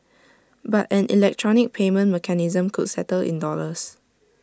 but an electronic payment mechanism could settle in dollars